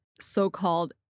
so-called